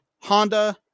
Honda